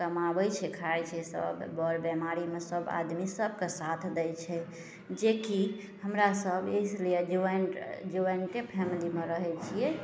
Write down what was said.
कमाबै छै खाइ छै बर बेमारीमे सभ आदमी सभके साथ दै छै जेकि हमरासभ इसलिए ज्वाइन्ट ज्वाइन्टे फैमिलीमे रहै छिए